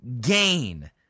gain